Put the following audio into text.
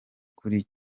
kuri